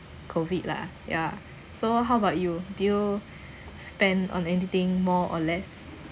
COVID lah ya so how about you do you spend on anything more or less